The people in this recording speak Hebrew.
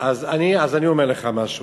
אז אני אומר לך משהו.